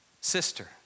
sister